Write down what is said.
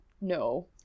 no